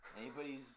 Anybody's